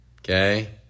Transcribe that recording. okay